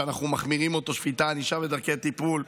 שאנחנו מחמירים אותו, שפיטה, ענישה ודרכי טיפול.